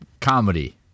comedy